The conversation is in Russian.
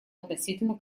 относительно